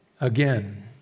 again